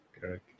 correct